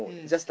yes